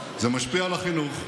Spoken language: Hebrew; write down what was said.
זה משפיע על החינוך,